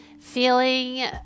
feeling